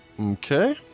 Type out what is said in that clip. Okay